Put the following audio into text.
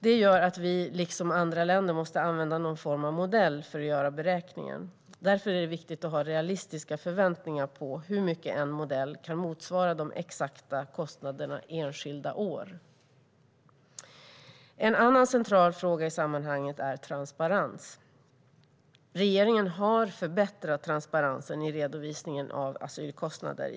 Det gör att vi, liksom andra länder, måste använda någon form av modell för att göra beräkningen. Därför är det viktigt att ha realistiska förväntningar på hur mycket en modell kan motsvara de exakta kostnaderna enskilda år. En annan central fråga i sammanhanget är transparens. Regeringen har förbättrat transparensen i redovisningen av asylkostnader.